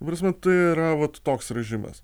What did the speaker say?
ta prasme tai yra vat toks režimas